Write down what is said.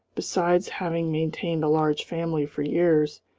besides having maintained a large family for years,